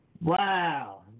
Wow